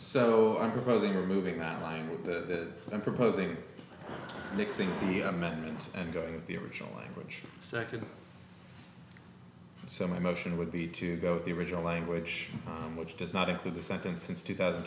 or moving out like that and proposing mixing the amendment and going with the original language second so my motion would be to go with the original language on which does not include the sentence since two thousand